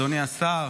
אדוני השר,